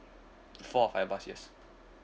four or five bars yes